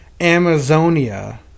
Amazonia